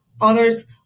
others